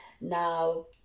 now